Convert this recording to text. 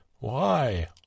Why